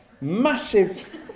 massive